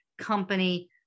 Company